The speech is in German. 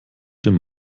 dem